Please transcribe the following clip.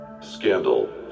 scandal